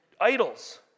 idols